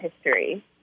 history